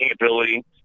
ability